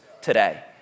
today